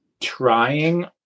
trying